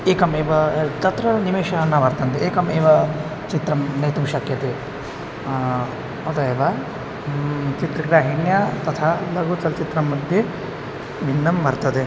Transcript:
एकमेव तत्र निमेषः न वर्तन्ते एकमेव चित्रं नेतुं शक्यते अतः एव चित्रग्राहिण्यां तथा लघुचलचित्रम्मध्ये भिन्नं वर्तते